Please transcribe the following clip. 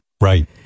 right